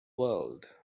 world